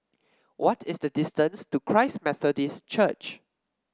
what is the distance to Christ Methodist Church